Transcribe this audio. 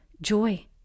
joy